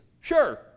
Sure